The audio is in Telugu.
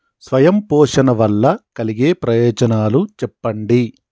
స్వయం పోషణ వల్ల కలిగే ప్రయోజనాలు చెప్పండి?